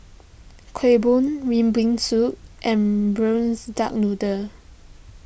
Kueh Bom Red Bean Soup and Braised Duck Noodle